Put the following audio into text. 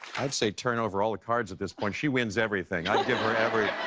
i would say turn over all the cards at this point, she wins everything. i give her everything.